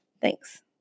Thanks